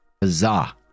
Bizarre